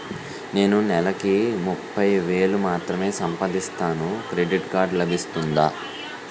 నేను నెల కి ముప్పై వేలు మాత్రమే సంపాదిస్తాను క్రెడిట్ కార్డ్ లభిస్తుందా?